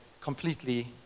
completely